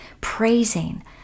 Praising